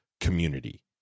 community